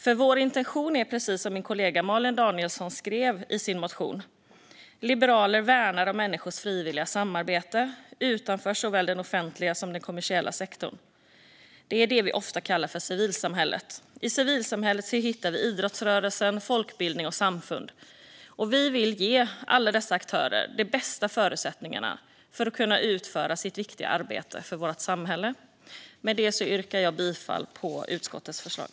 För vår intention är precis så som min kollega Malin Danielsson skrev i sin motion: Liberaler värnar om människors frivilliga samarbete, utanför såväl den offentliga som den kommersiella sektorn. Det är det vi ofta kallar civilsamhället. I civilsamhället hittar vi idrottsrörelsen, folkbildning och samfund. Vi vill ge alla dessa aktörer de bästa förutsättningar för att kunna utföra sitt viktiga arbete för vårt samhälle. Med det yrkar jag bifall till utskottets förslag.